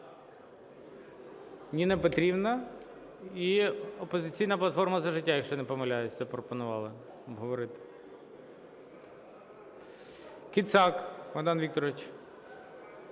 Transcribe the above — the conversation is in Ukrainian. Ніна Петрівна. І "Опозиційна платформа - За життя", якщо не помиляюся, пропонувала обговорити. Кицак Богдан Вікторович.